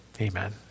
amen